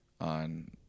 on